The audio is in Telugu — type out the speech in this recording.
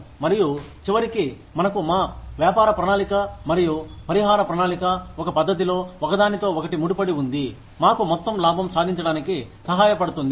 మరియు చివరికి మనకు మా వ్యాపార ప్రణాళిక మరియు పరిహార ప్రణాళిక ఒక పద్ధతిలో ఒకదానితో ఒకటి ముడిపడి ఉంది మాకు మొత్తం లాభం సాధించడానికి సహాయపడుతుంది